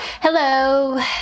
Hello